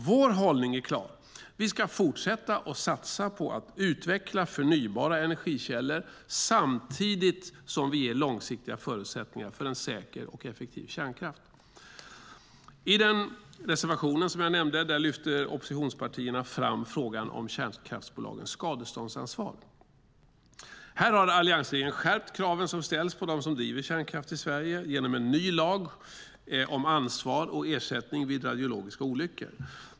Vår hållning är klar: Vi ska fortsätta att satsa på att utveckla förnybara energikällor samtidigt som vi ger långsiktiga förutsättningar för en säker och effektiv kärnkraft. I den reservation som jag nämnde lyfter oppositionspartierna fram frågan om kärnkraftsbolagens skadeståndsansvar. Här har alliansregeringen, genom en ny lag om ansvar och ersättning vid radiologiska olyckor, skärpt kraven som ställs på dem som driver kärnkraftsbolag i Sverige.